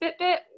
Fitbit